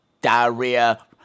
diarrhea